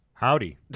Howdy